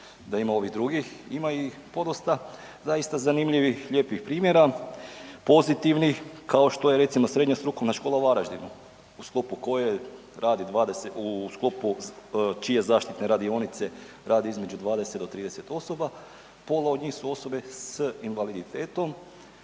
da ima ovih drugih ima i podosta zaista zanimljivih, lijepih primjera, pozitivnih kao što je Srednja strukovna škola u Varaždinu u sklopu koje radi, u sklopu čije zaštitne radionice radi između 20 do 30 osoba, pola od njih su osobe s invaliditetom,